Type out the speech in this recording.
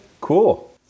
cool